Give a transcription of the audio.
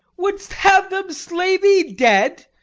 wouldst have them slay thee dead?